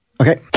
Okay